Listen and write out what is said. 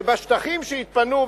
שבשטחים שהתפנו,